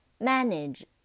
Manage